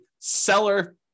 seller